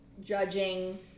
judging